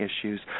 issues